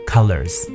Colors